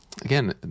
again